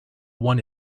one